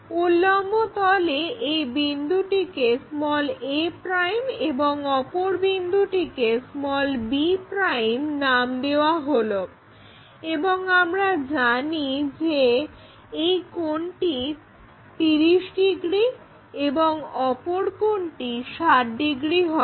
উল্লম্ব তলে এই বিন্দুটিকে a এবং অপর বিন্দুটিকে b নাম দেয়া হলো এবং আমরা জানি যে একটি কোণ 30° এবং অপর কোনটি 60° হবে